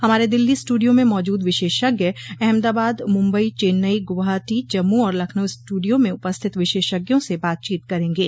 हमारे दिल्ली स्टूडियो में मौजूद विशेषज्ञ अहमदाबाद मुंबई चैन्नई गुवाहाटी जम्मू और लखनऊ स्टूडियो में उपस्थित विशेषज्ञों से बातचीत करेंगे